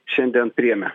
šiandien priėmė